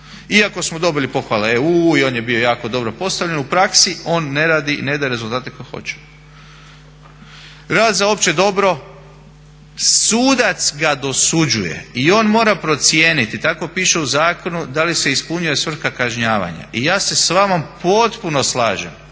Iako smo dobili pohvale EU i on je bio jako dobro postavljen, u praksi on ne radi i ne daje rezultate koje hoćemo. Rad za opće dobro, sudac ga dosuđuje i on mora procijeniti tako piše u zakonu da li se ispunila svrha kažnjavanja. I ja se s vama potpuno slažem